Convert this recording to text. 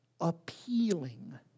appealing